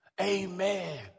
Amen